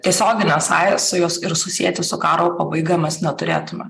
tiesioginio sąsajos ir susieti su karo pabaiga mes neturėtumėm